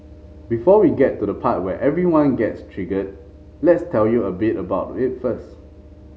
before we get to the part where everyone gets triggered let's tell you a bit about it first